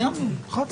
הישיבה ננעלה בשעה